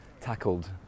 tackled